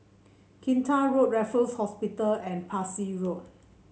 Kinta Road Raffles Hospital and Parsi Road